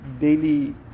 daily